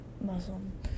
Muslim